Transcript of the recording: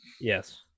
Yes